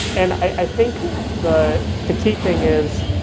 and i think the the key thing is